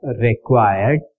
required